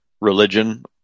religion